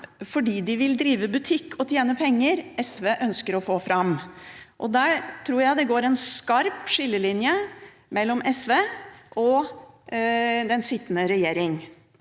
fordi de vil drive butikk og tjene penger, SV ønsker å få fram. Der tror jeg det går en skarp skillelinje mellom SV og den sittende regjering.